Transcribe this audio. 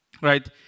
right